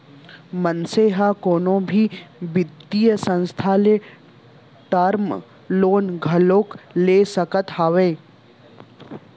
मनसे ह कोनो भी बित्तीय संस्था ले टर्म लोन घलोक ले सकत हावय